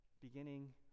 beginning